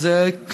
וזה נכון,